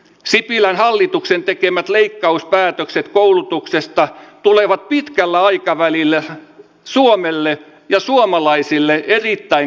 sipilän hallituksen tekemät leikkauspäätökset koulutuksesta tulevat pitkällä aikavälillä suomelle ja suomalaisille erittäin